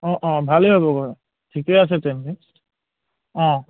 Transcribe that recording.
অঁ অঁ ভালেই হ'ব বাৰু ঠিকেই আছে তেন্তে অঁ